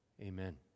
Amen